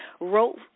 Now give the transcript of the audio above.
wrote